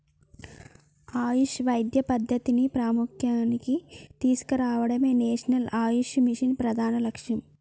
ఆయుష్ వైద్య పద్ధతిని ప్రాముఖ్య్యానికి తీసుకురావడమే నేషనల్ ఆయుష్ మిషన్ ప్రధాన లక్ష్యం